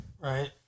Right